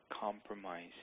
compromise